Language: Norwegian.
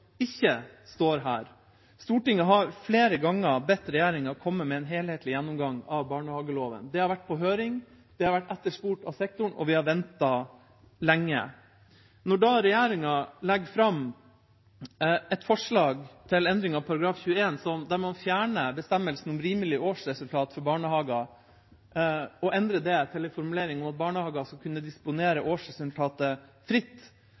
ikke står her. Stortinget har flere ganger bedt regjeringa komme med en helhetlig gjennomgang av barnehageloven. Det har vært på høring, det har vært etterspurt av sektoren, og vi har ventet lenge. Når da regjeringa legger fram et forslag til endring av § 21, der man fjerner bestemmelsen om rimelig årsresultat for barnehager og endrer det til en formulering om at barnehager skal kunne disponere årsresultatet fritt,